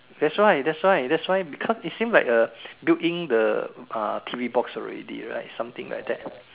that's why that's why that's why because it seems like a built in the T_V box already right something like that